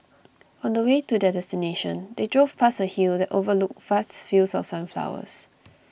on the way to their destination they drove past a hill that overlooked vast fields of sunflowers